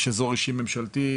יש אזור אישי ממשלתי,